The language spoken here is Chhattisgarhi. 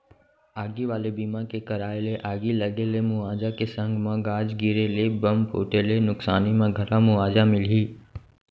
आगी वाले बीमा के कराय ले आगी लगे ले मुवाजा के संग म गाज गिरे ले, बम फूटे ले नुकसानी म घलौ मुवाजा मिलही